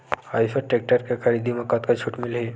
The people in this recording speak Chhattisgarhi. आइसर टेक्टर के खरीदी म कतका छूट मिलही?